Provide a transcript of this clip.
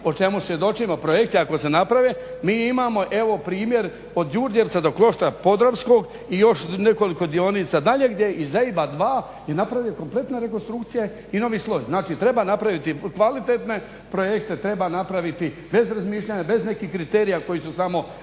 o čemu svjedočimo projekti ako se naprave mi imamo evo primjer od Đurđevca do Kloštra Podravskog i još nekoliko dionica dalje gdje iz EIB-a 2 je napravljena kompletna rekonstrukcija i novi sloj. Znači, treba napraviti kvalitetne projekte, treba napraviti bez razmišljanja, bez nekih kriterija koji su samo